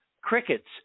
Crickets